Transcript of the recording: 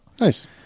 Nice